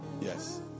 yes